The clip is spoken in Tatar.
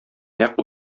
нәкъ